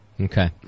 Okay